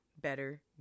better